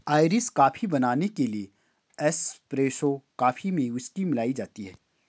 Irish coffee बनाने के लिए एस्प्रेसो कॉफी में व्हिस्की मिलाई जाती है